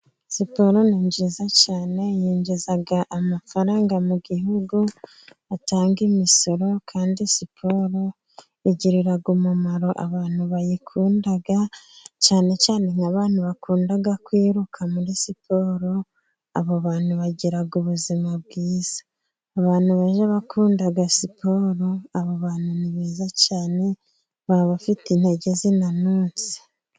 Siporo ni nziza cyane yinjiza amafaranga mu gihugu atanga imisoro, kandi siporo igirira umumaro abantu bayikunda, cyane cyane nk'abantu bakunda kwiruka muri siporo, abo bantu bagira ubuzima bwiza. Abantu bajya bakunda siporo, abo bantu ni beza cyane baba bafite intege zinanutse.